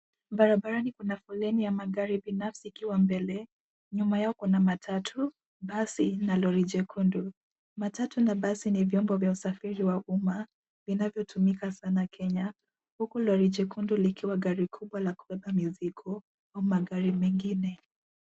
Barabarani kuna foleni ya magari binafsi ikiwa mbele nyuma yao kuna matatu, basi na lori jekundu. Matatu na basi ni vyombo vya usafiri wa umma vinavyotumika sana kenya huku lori jekundu likiwa gari kubwa la kubeba mizigo na magari mengine.